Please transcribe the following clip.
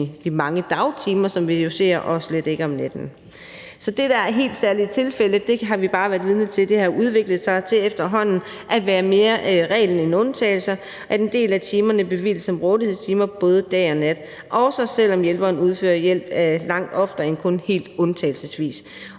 de mange dagtimer, som vi jo ser, og slet ikke om natten. Så det, der er helt særlige tilfælde, har vi bare været vidne til har udviklet sig til efterhånden at være mere reglen end undtagelsen, altså at en del af timerne bevilges som rådighedstimer både dag og nat, også selv om hjælperen udfører hjælp langt oftere end kun helt undtagelsesvis.